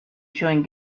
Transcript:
chewing